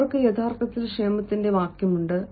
അവർക്ക് യഥാർത്ഥത്തിൽ ക്ഷേമത്തിന്റെ വാക്യമുണ്ട്